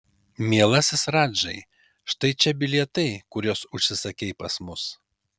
mielasis radžai štai čia bilietai kuriuos užsisakei pas mane